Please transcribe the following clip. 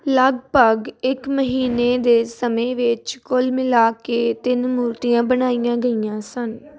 ਲਗਭਗ ਇੱਕ ਮਹੀਨੇ ਦੇ ਸਮੇਂ ਵਿੱਚ ਕੁੱਲ ਮਿਲਾ ਕੇ ਤਿੰਨ ਮੂਰਤੀਆਂ ਬਣਾਈਆਂ ਗਈਆਂ ਸਨ